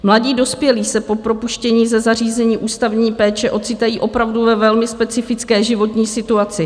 Mladí dospělí se po propuštění ze zařízení ústavní péče ocitají opravdu ve velmi specifické životní situaci.